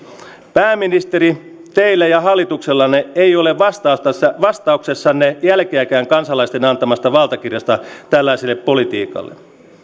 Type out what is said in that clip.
pääministeri teillä ja hallituksellanne ei ole vastauksessanne jälkeäkään kansalaisten antamasta valtakirjasta tällaiselle politiikalle